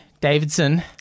Davidson